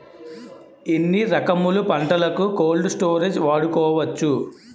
ఎన్ని రకములు పంటలకు కోల్డ్ స్టోరేజ్ వాడుకోవచ్చు?